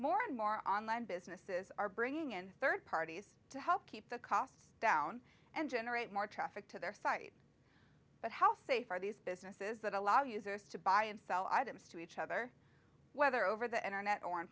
more and more online businesses are bringing in third parties to help keep the costs down and generate more traffic to their site but how safe are these businesses that allow users to buy and sell items to each other whether over the internet o